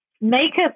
makeup